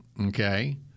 Okay